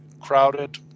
crowded